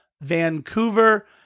Vancouver